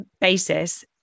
basis